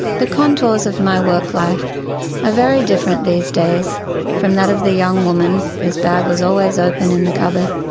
the contours of my work life are very different these days from that of the young woman whose bag was always open in the cupboard,